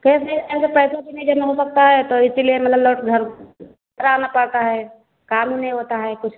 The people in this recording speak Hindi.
कैश ले जाएँगे पैसा भी नहीं जमा हो सकता है तो इसीलिए मतलब लौटकर घर घर आना पड़ता है काम ही नहीं होता है कुछ